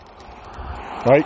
Right